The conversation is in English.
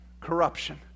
Corruption